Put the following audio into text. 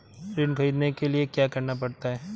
ऋण ख़रीदने के लिए क्या करना पड़ता है?